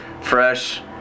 fresh